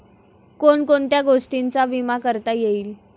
कोण कोणत्या गोष्टींचा विमा करता येईल?